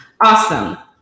Awesome